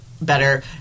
better